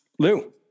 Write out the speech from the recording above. Lou